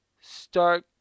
start